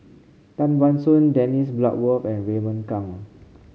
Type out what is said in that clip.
Tan Ban Soon Dennis Bloodworth and Raymond Kang